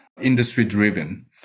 industry-driven